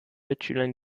mitschülern